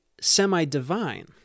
semi-divine